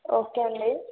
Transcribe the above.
okay అండి